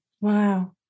wow